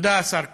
תודה, השר כץ.